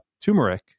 turmeric